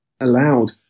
allowed